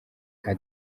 nta